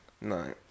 No